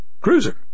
cruiser